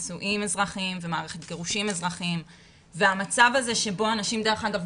נישואין אזרחיים ומערכת גירושין אזרחיים והמצב הזה שבו אנשים דרך אגב,